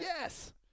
Yes